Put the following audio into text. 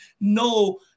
no